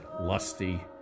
lusty